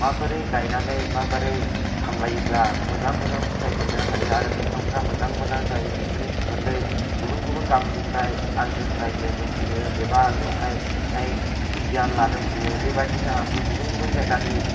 माबोरै गायनानै माबोरै सामलायोब्ला मोजां मोजां फिथाइ मोननो हायो आरो बिफांफ्रा मोजां मोजां जायो बेफोरनि सोमोन्दै गुबुन गुबुन गामिनिफ्राय आंजों रायज्लायनो फैयो एबा आंनियावहाय गियान लानो फैयो बेबायदिनो आंबो गुबुन गुबुन जायगानि